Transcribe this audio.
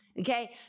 Okay